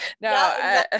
No